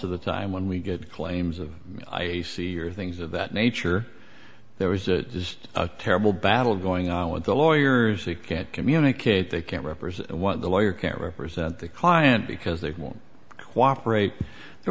of the time when we get claims of i a c your things of that nature there was a just a terrible battle going on with the lawyers they can't communicate they can't represent what the lawyer can't represent the client because they won't cooperate there